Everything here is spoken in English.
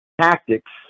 tactics